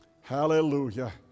Hallelujah